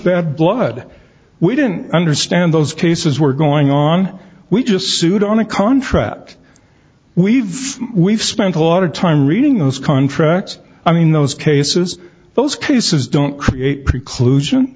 bad blood we didn't understand those cases were going on we just sued on a contract we've we've spent a lot of time reading those contracts i mean those cases those cases don't create preclu